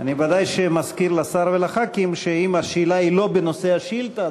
אני ודאי מזכיר לשר ולחברי הכנסת שאם השאלה היא לא בנושא השאילתה,